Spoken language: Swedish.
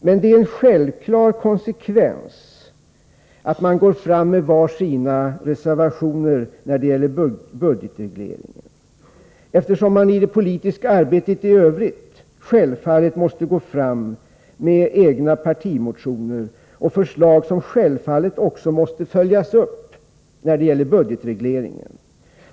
Men det är en självklar konsekvens att man går fram med var sin reservation när det gäller budgetregleringen, eftersom man i det politiska arbetet i övrigt självfallet måste gå fram med egna partimotioner och förslag som naturligtvis också måste följas upp i budgetregleringen.